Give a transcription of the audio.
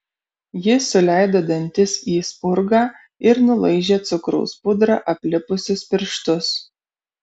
ji suleido dantis į spurgą ir nulaižė cukraus pudra aplipusius pirštus